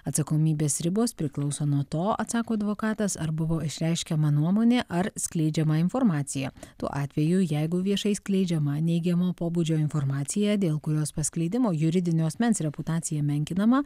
atsakomybės ribos priklauso nuo to atsako advokatas ar buvo išreiškiama nuomonė ar skleidžiama informacija tuo atveju jeigu viešai skleidžiama neigiamo pobūdžio informacija dėl kurios paskleidimo juridinio asmens reputacija menkinama